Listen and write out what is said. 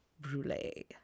brulee